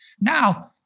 Now